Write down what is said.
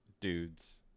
dudes